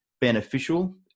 beneficial